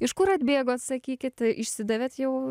iš kur atbėgot sakykit išsidavėt jau